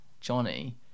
johnny